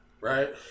Right